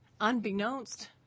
unbeknownst